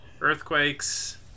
Earthquakes